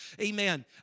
Amen